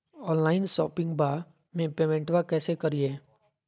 Online शोपिंगबा में पेमेंटबा कैसे करिए?